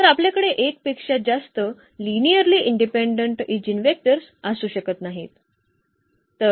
तर आपल्याकडे 1 पेक्षा जास्त लिनिअर्ली इंडिपेंडेंट ईजीनवेक्टर्स असू शकत नाहीत